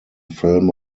film